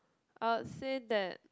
I would say that